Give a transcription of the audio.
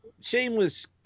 shameless